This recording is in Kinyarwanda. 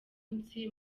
munsi